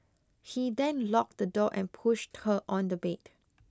he then locked the door and pushed her on the bed